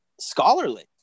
scholarly